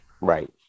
Right